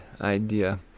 idea